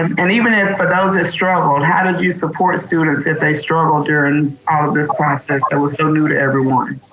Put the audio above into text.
um and even and for those who ah struggled, how did you support students if they struggled durin' all of this process that was so new to everyone?